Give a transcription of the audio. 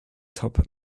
top